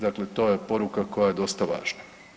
Dakle, to je poruka koja je dosta važna.